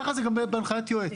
כך זה גם בהנחיית יועץ.